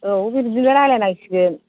औ बिदिनो रायलायनांसिगोन